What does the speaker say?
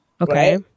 Okay